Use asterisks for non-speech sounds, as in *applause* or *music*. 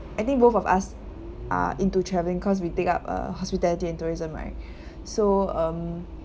I think both of us are into traveling cause we take up uh hospitality and tourism right *breath* so um